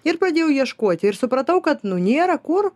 ir pradėjau ieškoti ir supratau kad nu nėra kur